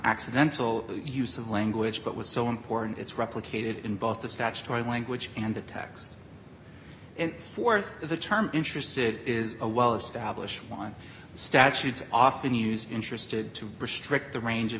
accidental use of language but was so important it's replicated in both the statutory language and the text and th the term interested is a well established one statute often used interested to restrict the range of